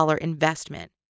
investment